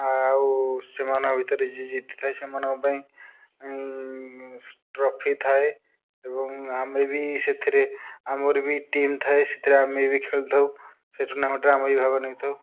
ଆଉ ସେମାନଙ୍କ ଭିତରେ ଯିଏ ଜିତିଥାଏ ସେମାନଙ୍କ ପାଇଁ ଟ୍ରଫି ଥାଏ ଏବଂ ଆମେ ବି ସେଥିରେ ଆମର ବି ଟିମ୍ ଥାଏ ସେଥିରେ ଆମେ ବି ଖେଳିଥାଉ ସେ ଟୁର୍ଣ୍ଣାମେଣ୍ଟ୍ରେ ଆମେ ବି ଭାଗ ନେଇଥାଉ